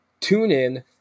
TuneIn